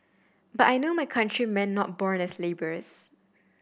but I know my countrymen not born as labourers